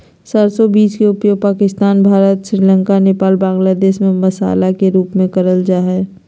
सरसो बीज के उपयोग पाकिस्तान, भारत, श्रीलंका, नेपाल, बांग्लादेश में मसाला के रूप में करल जा हई